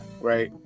right